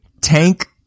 Tank